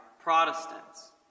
Protestants